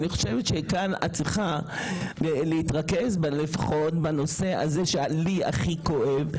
כאן את צריכה להתרכז בנושא הזה שלי הכי כואב,